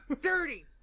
Dirty